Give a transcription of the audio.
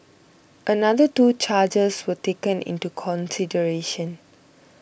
another two charges were taken into consideration